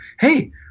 hey